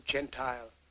Gentile